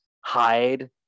hide